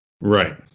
Right